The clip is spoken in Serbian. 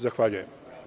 Zahvaljujem.